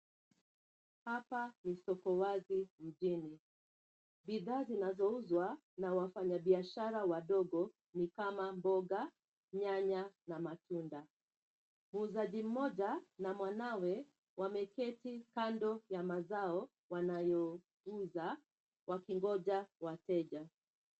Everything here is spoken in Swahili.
Hapa ni soko wazi mjini. Bidhaa zinazouzwa na wafanyabiashara wadogo, ni kama mboga, nyanya na matunda. Muuzaji mmoja na mwanawe wameketi kando ya mazao wanayouza wakingoja wateja.